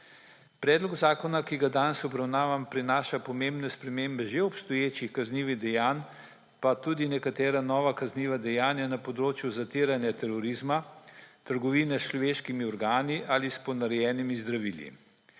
Predlog zakona, ki ga danes obravnavamo, prinaša pomembne spremembe že obstoječih kaznivih dejanj pa tudi nekatera nova kazniva dejanja na področju zatiranja terorizma, trgovine s človeškimi organi ali s ponarejenimi zdravili.